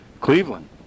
Cleveland